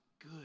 good